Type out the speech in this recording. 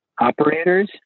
operators